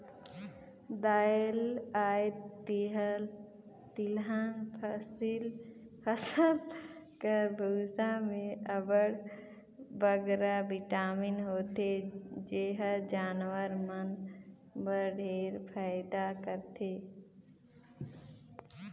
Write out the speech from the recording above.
दाएल अए तिलहन फसिल कर बूसा में अब्बड़ बगरा बिटामिन होथे जेहर जानवर मन बर ढेरे फएदा करथे